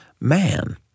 man